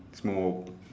smoke